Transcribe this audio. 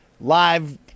live